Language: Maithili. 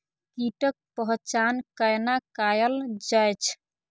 कीटक पहचान कैना कायल जैछ?